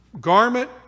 garment